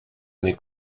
mes